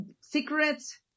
Secrets